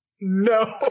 No